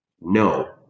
No